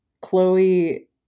Chloe